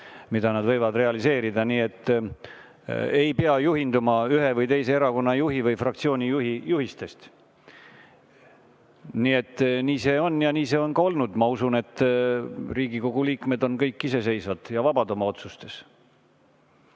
mida nad võivad realiseerida. Nii et ei pea juhinduma ühe või teise erakonna juhi või fraktsiooni juhi juhistest. Nii see on ja nii see on ka olnud. Ma usun, et Riigikogu liikmed on kõik iseseisvad ja vabad oma otsustes.